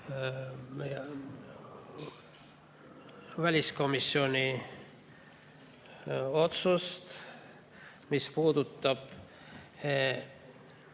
teile väliskomisjoni otsust, mis puudutab